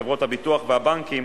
חברות הביטוח והבנקים,